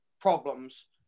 problems